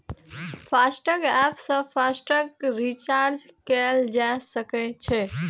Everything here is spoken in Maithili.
फास्टैग एप सं फास्टैग रिचार्ज कैल जा सकै छै